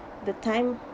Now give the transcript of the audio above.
the time